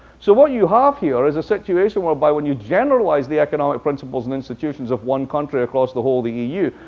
so what you have here is a situation whereby when you generalize the economic principles and institutions of one country across the whole of the eu,